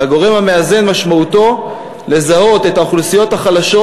והגורם המאזן משמעותו לזהות את האוכלוסיות החלשות,